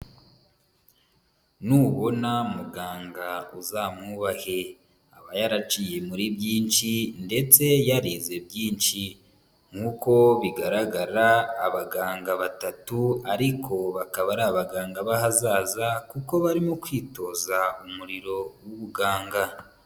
Nubona muganga uzamwubahe, aba yaraciye muri byinshi, ndetse yarize byinshi, nk'uko bigaragara, abaganga batatu, ariko, bakaba ari abaganga b'ahazaza, kuko barimo kwitoza umurimo w'ubuganga.